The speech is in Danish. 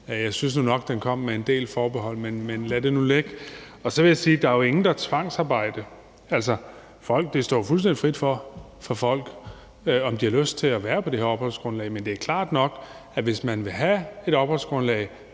jeg synes nu nok, at den kom med en del forbehold. Men lad det nu ligge. Så vil jeg sige, at der jo ikke er noget tvangsarbejde. Det står jo folk fuldstændig frit for, om de har lyst til at være på det her opholdsgrundlag. Men det er klart nok, at hvis man vil have et opholdsgrundlag